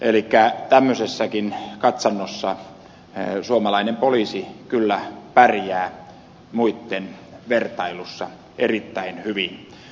elikkä tämmöisessäkin katsannossa suomalainen poliisi kyllä pärjää muitten vertailussa erittäin hyvin